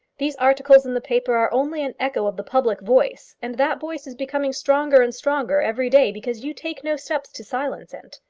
these articles in the paper are only an echo of the public voice. and that voice is becoming stronger and stronger every day because you take no steps to silence it.